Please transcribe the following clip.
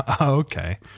Okay